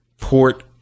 port